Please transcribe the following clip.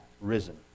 risen